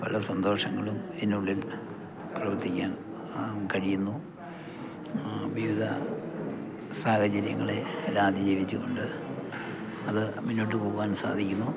പല സന്തോഷങ്ങളും എന്നുള്ളിൽ പ്രവർത്തിക്കാൻ കഴിയുന്നു വിവിധ സാഹചര്യങ്ങളെ എല്ലാം ആതിജീവിച്ചു കൊണ്ട് അത് മുന്നോട്ട് പോകുവാൻ സാധിക്കുന്നു